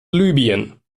libyen